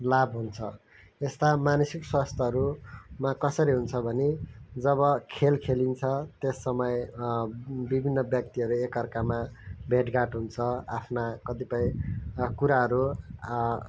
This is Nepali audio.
लाभ हुन्छ यस्ता मानसिक स्वास्थ्यहरूमा कसरी हुन्छ भने जब खेल खेलिन्छ त्यस समय विभिन्न व्यक्तिहरू एकअर्कामा भेटघाट हुन्छ आफ्ना कतिपय कुराहरू